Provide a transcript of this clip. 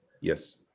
Yes